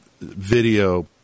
video